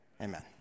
Amen